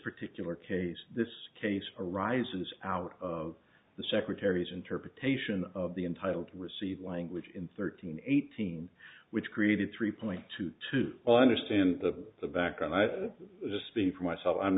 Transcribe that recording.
particular case this case arises out of the secretary's interpretation of the entitled to receive language in thirteen eighteen which created three point two to understand the background i've just been for myself i'm